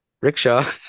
rickshaw